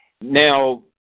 Now